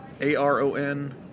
A-R-O-N